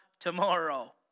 tomorrow